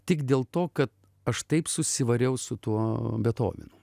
tik dėl to kad aš taip susivariau su tuo betovenu